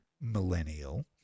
millennial